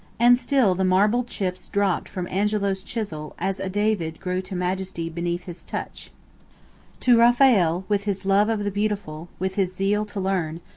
and still the marble chips dropped from angelo's chisel as a david grew to majesty beneath his touch to raphael, with his love of the beautiful, with his zeal to learn,